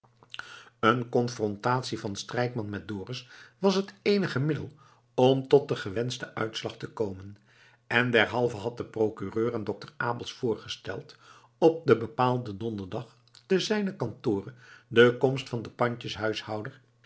een confrontatie van strijkman met dorus was het eenige middel om tot den gewenschten uitslag te komen en derhalve had de procureur aan dokter abels voorgesteld op den bepaalden donderdag ten zijnen kantore de komst van den